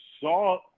saw